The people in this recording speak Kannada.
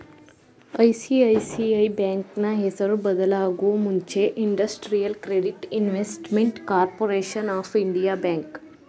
ಐ.ಸಿ.ಐ.ಸಿ.ಐ ಬ್ಯಾಂಕ್ನ ಹೆಸರು ಬದಲಾಗೂ ಮುಂಚೆ industrial credit investment corporation of India bank